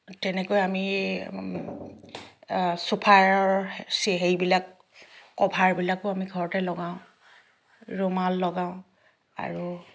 তেনেকৈ আমি চোফাৰৰ হেৰিবিলাক কভাৰবিলাকো আমি ঘৰতে লগাওঁ ৰুমাল লগাওঁ আৰু